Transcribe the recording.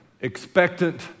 Expectant